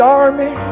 army